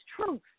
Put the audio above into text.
truth